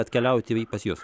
atkeliauti į pas jus